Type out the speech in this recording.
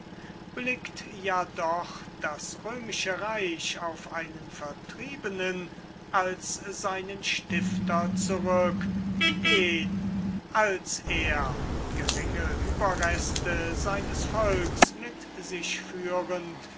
blickt ja doch das römische reich auf einen vertriebenen als seinen stifter zurück den als er geringe ueberreste mit sich führend